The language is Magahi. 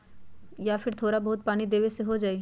या फिर थोड़ा बहुत पानी देबे से हो जाइ?